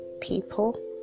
people